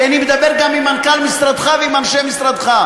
כי אני מדבר גם עם מנכ"ל משרדך ועם אנשי משרדך,